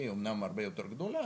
אמנם היא הרבה יותר גדולה,